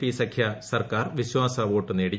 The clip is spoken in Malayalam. പി സഖ്യ സർക്കാർ വിശ്വാസവോട്ട് നേടി